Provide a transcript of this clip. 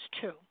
two